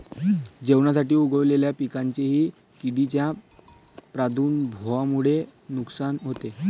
जेवणासाठी उगवलेल्या पिकांचेही किडींच्या प्रादुर्भावामुळे नुकसान होते